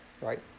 right